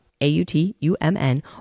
A-U-T-U-M-N